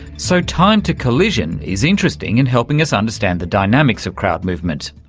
so, time-to-collision is interesting in helping us understand the dynamics of crowd movement,